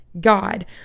God